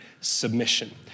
submission